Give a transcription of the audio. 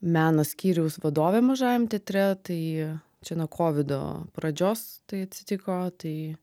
meno skyriaus vadove mažajam teatre tai čia nuo kovido pradžios tai atsitiko tai